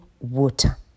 water